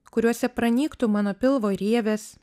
kuriuose pranyktų mano pilvo rievės